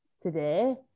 today